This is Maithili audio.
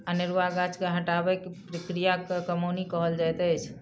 अनेरुआ गाछ के हटयबाक क्रिया के कमौनी कहल जाइत अछि